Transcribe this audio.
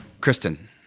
Kristen